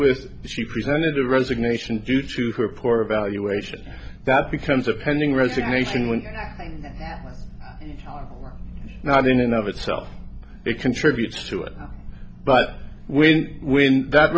with she presented a resignation due to for poor evaluation that becomes a pending resignation when not in and of itself it contributes to it but when when that